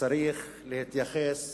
שצריך להתייחס